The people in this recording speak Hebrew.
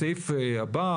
הדבר הרביעי,